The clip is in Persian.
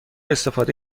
استفاده